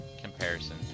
comparison